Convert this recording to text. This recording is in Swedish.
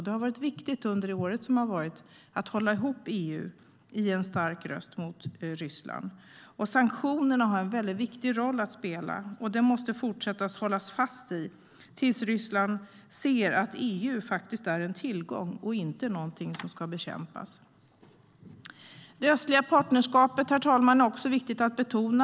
Det har varit viktigt under det år som har varit att hålla ihop EU i en stark röst mot Ryssland. Sanktionerna har en väldigt viktig roll att spela. Man måste fortsätta att hålla fast vid dem tills Ryssland ser att EU faktiskt är en tillgång och inte någonting som ska bekämpas. Det östliga partnerskapet, herr talman, är också viktigt att betona.